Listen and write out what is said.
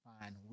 fine